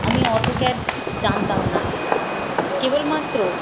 আমি অটোক্যাড জানতাম না কেবলমাত্র